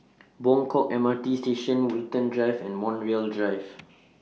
Buangkok M R T Station Woollerton Drive and Montreal Drive